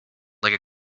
like